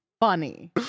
funny